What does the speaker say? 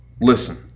listen